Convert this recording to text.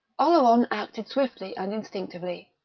oleron acted swiftly and instinctively.